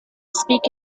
speak